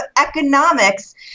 economics